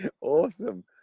Awesome